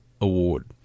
award